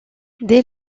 dès